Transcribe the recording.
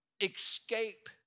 escape